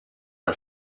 are